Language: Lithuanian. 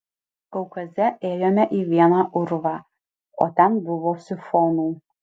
kaukaze ėjome į vieną urvą o ten buvo sifonų